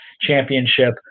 championship